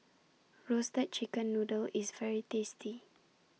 Roasted Chicken Noodle IS very tasty